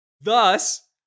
Thus